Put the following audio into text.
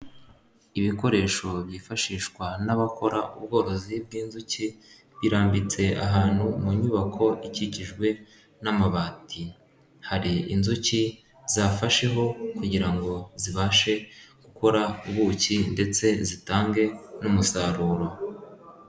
Ibikoresho byifashishwa n'abakora ubworozi bw'inzuki, birambitse ahantu mu nyubako ikikijwe n'amabati hari inzuki zafasheho kugira ngo zibashe gukora ubuki ndetse zitange n'umusaruro.